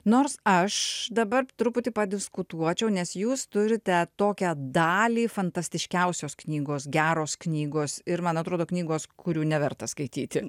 nors aš dabar truputį padiskutuočiau nes jūs turite tokią dalį fantastiškiausios knygos geros knygos ir man atrodo knygos kurių neverta skaityti